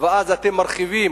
ואז אתם מרחיבים,